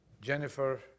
Jennifer